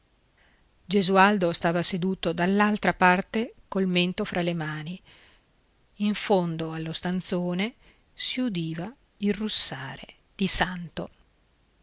gesualdo stava seduto dall'altra parte col mento fra le mani in fondo allo stanzone si udiva il russare di santo